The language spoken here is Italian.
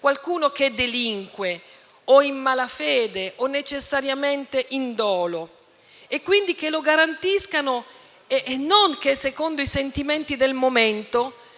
qualcuno che delinque o è in malafede o necessariamente è in dolo e che quindi lo garantiscano e non che, secondo i sentimenti del momento,